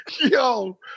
Yo